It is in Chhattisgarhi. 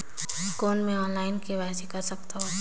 कौन मैं ऑनलाइन के.वाई.सी कर सकथव?